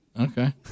Okay